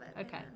okay